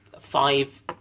five